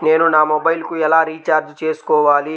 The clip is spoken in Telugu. నేను నా మొబైల్కు ఎలా రీఛార్జ్ చేసుకోవాలి?